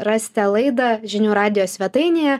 rasite laidą žinių radijo svetainėje